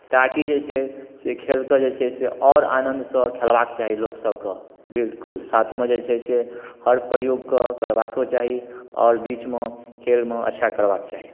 ताकि जे छै से खेलके जे छै से आओर आनन्दसँ खेलबाक चाही लोकसभके बिलकुल साथमे जे छै से हर प्रयोगकेँ करबाको चाही आओर बीचमे खेलमे अच्छा करबाक चाही